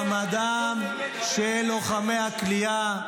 ובעשייה המבורכת שלו גם בחוק החשוב הזה על מעמדם של לוחמי הכליאה.